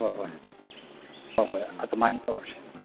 ꯍꯣꯏ ꯍꯣꯏ ꯍꯣꯏ ꯍꯣꯏ ꯑꯗꯨꯃꯥꯏꯅ ꯇꯧꯔꯁꯦ